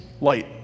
light